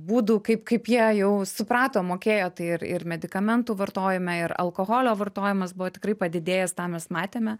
būdų kaip kaip jie jau suprato mokėjo tai ir ir medikamentų vartojime ir alkoholio vartojimas buvo tikrai padidėjęs tą mes matėme